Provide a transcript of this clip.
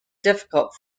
difficult